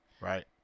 Right